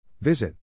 Visit